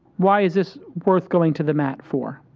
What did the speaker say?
why is this worth going to the mat for?